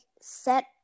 set